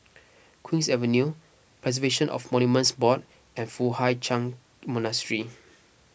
Queen's Avenue Preservation of Monuments Board and Foo Hai Ch'an Monastery